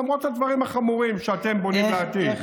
למרות הדברים החמורים שאתם בונים לעתיד.